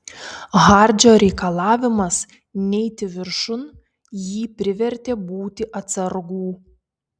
hardžio reikalavimas neiti viršun jį privertė būti atsargų